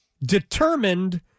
determined